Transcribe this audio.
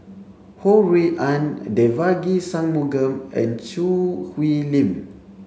Ho Rui An Devagi Sanmugam and Choo Hwee Lim